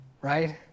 Right